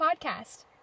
Podcast